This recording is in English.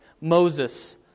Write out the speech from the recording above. Moses